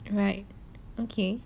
right okay